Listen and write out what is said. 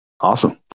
awesome